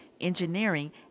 engineering